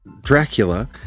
Dracula